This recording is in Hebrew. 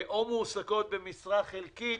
או מועסקות במשרה חלקית,